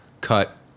cut